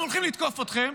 אנחנו הולכים לתקוף אתכם,